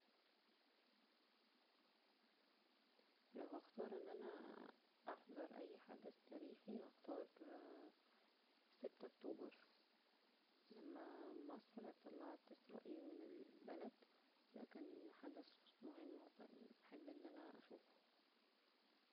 لو هختار ان انا احضر اى حدث تاريخى هختار ان انا اه ستة اكتوبر لما مصر طلعت اسرائيل من البلد, فكان حدث مهم واحب ان انا اشوفه